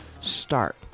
start